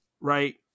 right